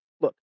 look